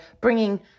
bringing